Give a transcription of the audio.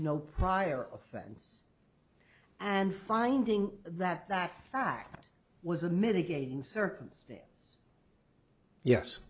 no prior offense and finding that that fact was a mitigating circumstance yes